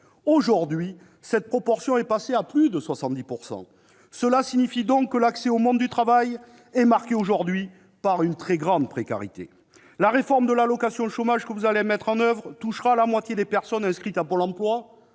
inférieure à 50 %. Elle est passée à plus de 70 % en 2019. Cela signifie que l'accès au monde du travail est marqué aujourd'hui par une très grande précarité. La réforme de l'allocation chômage que vous allez mettre en oeuvre touchera la moitié des personnes inscrites à Pôle emploi.